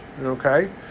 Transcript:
okay